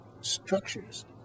structures